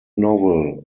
novel